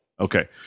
Okay